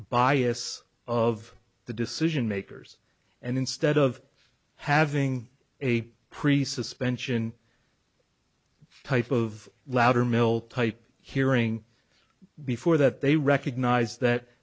bias of the decision makers and instead of having a pre suspension type of loudermilk type hearing before that they recognize that